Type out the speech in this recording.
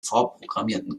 vorprogrammierten